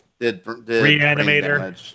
Reanimator